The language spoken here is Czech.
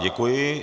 Děkuji.